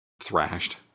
thrashed